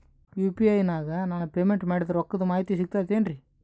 UPI ನಾಗ ನಾನು payment ಮಾಡಿದ ರೊಕ್ಕದ ಮಾಹಿತಿ ಸಿಕ್ತಾತೇನ್ರೀ?